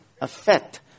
effect